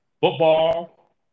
football